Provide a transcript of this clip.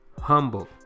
Humble